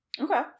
Okay